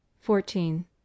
fourteen